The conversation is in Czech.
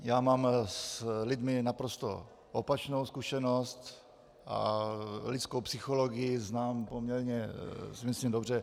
Já mám s lidmi naprosto opačnou zkušenost a lidskou psychologii znám poměrně myslím dobře.